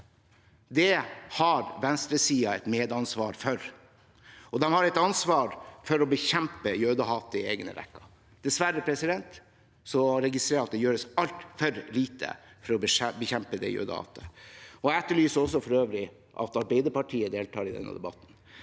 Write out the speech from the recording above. har venstresiden et medansvar for. De har et ansvar for å bekjempe jødehat i egne rekker. Dessverre registrerer jeg at det gjøres altfor lite for å bekjempe det jødehatet. Jeg etterlyser for øvrig også at Arbeiderpartiet deltar i denne debatten.